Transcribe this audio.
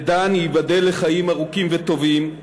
ודן, ייבדל לחיים ארוכים וטובים,